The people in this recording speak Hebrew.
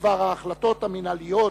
בדבר ההחלטות המינהליות